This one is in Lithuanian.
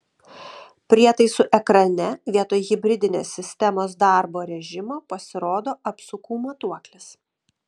prietaisų ekrane vietoj hibridinės sistemos darbo režimo pasirodo apsukų matuoklis